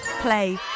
play